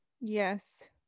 yes